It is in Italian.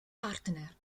partner